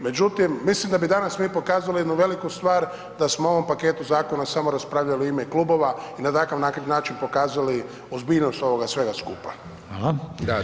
Međutim, mislim da bi danas mi pokazali jednu veliku stvar da smo o ovom paketu zakona samo raspravljali u ime klubova i na takav način pokazali ozbiljnost ovoga svega skupa